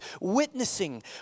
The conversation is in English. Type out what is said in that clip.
witnessing